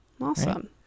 awesome